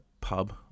pub